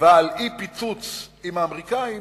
ועל אי-פיצוץ עם האמריקנים,